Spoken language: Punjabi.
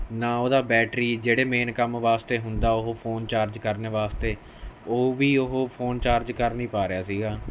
ਨਾ ਉਹਦਾ ਬੈਟਰੀ ਜਿਹੜੇ ਮੇਨ ਕੰਮ ਵਾਸਤੇ ਹੁੰਦਾ ਉਹ ਫ਼ੋਨ ਚਾਰਜ ਕਰਨੇ ਵਾਸਤੇ ਉਹ ਵੀ ਉਹ ਫ਼ੋਨ ਚਾਰਜ ਕਰ ਨਹੀਂ ਪਾ ਰਿਹਾ ਸੀਗਾ